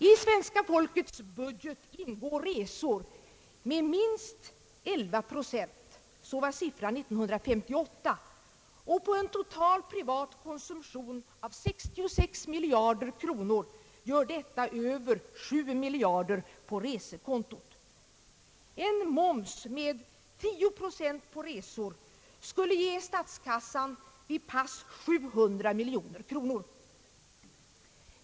I svenska folkets budget ingår resor med minst 11 procent — det var siffran år 1958 — och på en total privat konsumtion av 66 miljarder kronor gör detta över 7 miljarder på resekontot. En moms med 10 procent skulle ge statskassan vid pass 700 miljoner kronor.